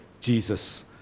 Jesus